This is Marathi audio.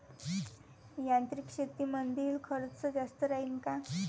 यांत्रिक शेतीमंदील खर्च जास्त राहीन का?